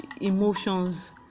emotions